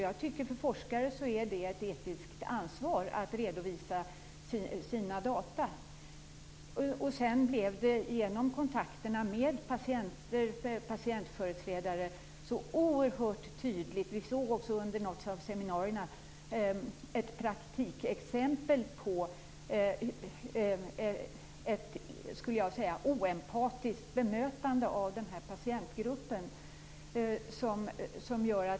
Jag tycker att det är ett etiskt ansvar för forskare att redovisa sina data. Det var också något annat som genom kontakterna med patienter, med patientföreträdare, blev oerhört tydligt. Vi såg under något av seminarierna ett praktikexempel på vad jag skulle vilja kalla för ett oempatiskt bemötande av den här patientgruppen.